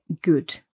good